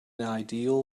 ideal